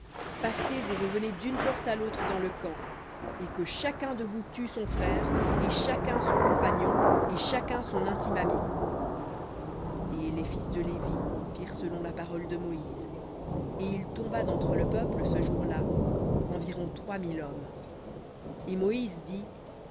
passez et revenez d'une porte à l'autre dans le camp et que chacun de vous tue son frère et chacun son compagnon et chacun son intime ami et les fils de lévi firent selon la parole de moïse et il tomba d'entre le peuple ce jour-là environ trois mille hommes et moïse dit